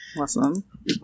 Awesome